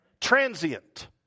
transient